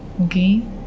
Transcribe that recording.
Okay